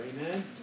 amen